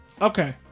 Okay